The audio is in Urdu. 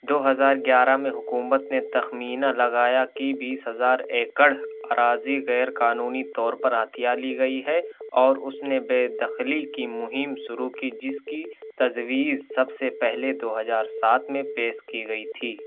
دو ہزار گیارہ میں حکومت نے تخمینہ لگایا کہ بیس ہزار ایکڑ اراضی غیرقانونی طور پر ہتھیا لی گئی ہے اور اس نے بےدخلی کی مہم شروع کی جس کی تجویز سب سے پہلے دو ہزار سات میں پیش کی گئی تھی